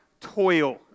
toil